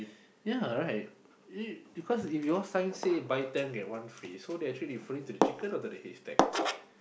yea right because if your sign say buy ten get one free actually referring to the chicken or the haystack